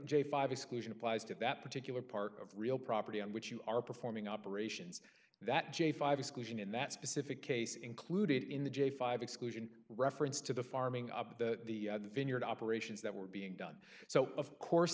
j five exclusion applies to that particular part of real property on which you are performing operations that j five exclusion in that specific case included in the j five exclusion reference to the farming up to the vineyard operations that were being done so of course